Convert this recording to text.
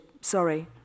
sorry